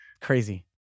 crazy